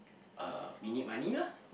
uh we need money lah